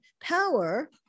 power